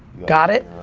got it?